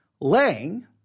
laying